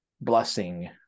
blessing